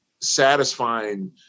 satisfying